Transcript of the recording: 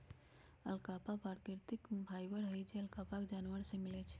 alpaca प्राकृतिक fibre हई जे अल्पाका जानवर से मिलय छइ